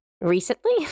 recently